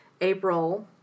April